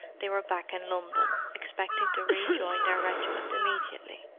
they were back in london, expecting to rejoin their regiment immediately.